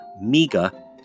MEGA